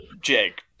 Jake